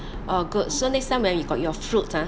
oh good so next time when you got your fruit ah